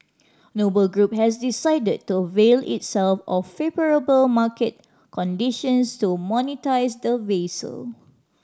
Noble Group has decided to avail itself of favourable market conditions to monetise the vessel